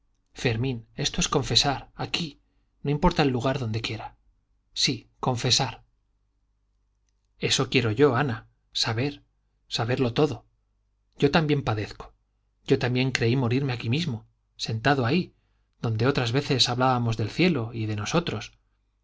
fermín esto es confesar aquí no importa el lugar donde quiera sí confesar eso quiero yo ana saber saberlo todo yo también padezco yo también creí morirme aquí mismo sentado ahí donde otras veces hablábamos del cielo y de nosotros